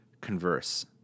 converse